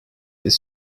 its